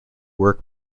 work